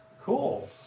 cool